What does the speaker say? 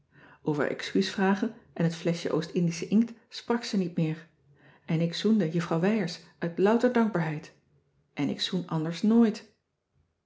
over excuus vragen en het fleschje oost-indische inkt sprak ze niet meer en ik zoende juffrouw wijers uit louter dankbaarheid en ik zoen anders nooit